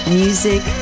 music